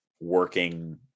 working